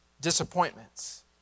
disappointments